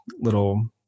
little